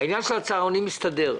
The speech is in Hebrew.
העניין של הצהרונים הסתדר,